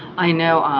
i know.